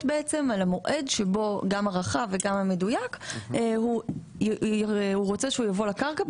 על המועד שבו גם הרחב וגם המדויק הוא רוצה שהוא יבוא לקרקע,